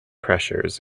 pressures